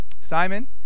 Simon